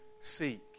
seek